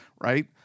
right